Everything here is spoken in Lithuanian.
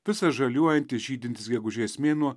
visas žaliuojantis žydintis gegužės mėnuo